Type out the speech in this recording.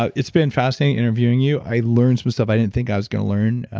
ah it's been fascinating interviewing you. i learned some stuff i didn't think i was going to learn.